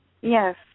Yes